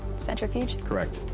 centrifuge. correct.